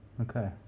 Okay